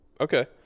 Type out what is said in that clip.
Okay